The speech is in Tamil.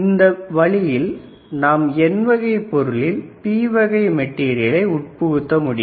இந்த வழியில் நாம் n வகை பொருளில் p வகை மெட்டீரியலை உட்புகுத்த முடியும்